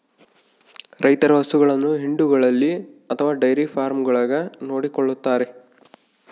ರೈತರು ಹಸುಗಳನ್ನು ಹಿಂಡುಗಳಲ್ಲಿ ಅಥವಾ ಡೈರಿ ಫಾರ್ಮ್ಗಳಾಗ ನೋಡಿಕೊಳ್ಳುತ್ತಾರೆ